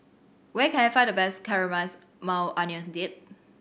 where can I find the best Caramelized Maui Onion Dip